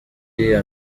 iriya